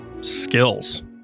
skills